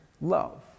love